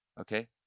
okay